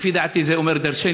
לפי דעתי זה אומר דורשני,